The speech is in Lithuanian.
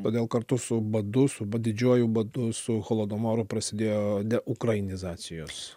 todėl kartu su badu su didžiuoju badu su holodomoru prasidėjo deukrainizacijos